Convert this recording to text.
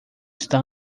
está